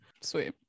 Sweet